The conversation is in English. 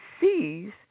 sees